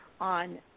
on